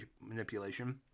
manipulation